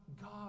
God